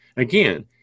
Again